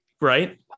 right